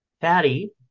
Patty